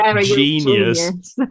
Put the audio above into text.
genius